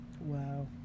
Wow